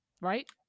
right